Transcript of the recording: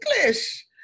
English